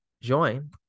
join